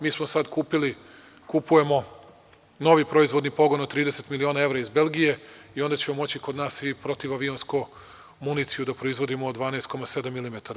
Mi smo sada kupujemo novi proizvodni pogon od 30 miliona evra iz Belgije i onda ćemo moći kod nas i protivavionsku municiju da proizvodimo od 12,7 milimetara.